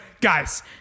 guys